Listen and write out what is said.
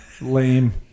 Lame